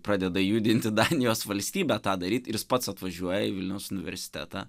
pradeda judinti danijos valstybę tą daryt ir jis pats atvažiuoja į vilniaus universitetą